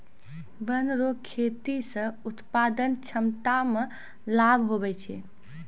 वन रो खेती से उत्पादन क्षमता मे लाभ हुवै छै